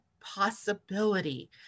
possibility